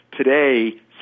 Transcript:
Today